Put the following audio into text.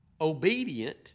Obedient